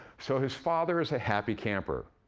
so his father is a happy camper.